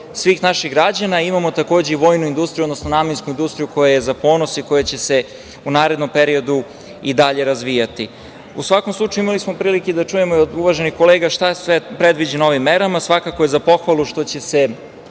svih naših građana, imamo takođe i vojnu industriju, odnosno namensku industriju koja je za ponos i koja će se u narednom periodu i dalje razvijati.U svakom slučaju, imali smo prilike da čujemo i od uvaženih kolega šta je sve predviđeno ovim merama, svakako je za pohvalu što će se